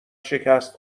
شکست